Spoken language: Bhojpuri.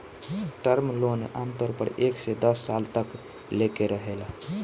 टर्म लोन आमतौर पर एक से दस साल तक लेके रहेला